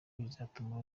bizatuma